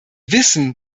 wissen